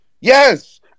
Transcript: Yes